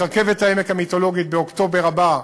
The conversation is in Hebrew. רכבת העמק המיתולוגית באוקטובר הבא,